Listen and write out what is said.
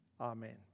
Amen